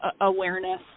awareness